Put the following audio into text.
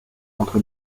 entre